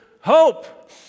hope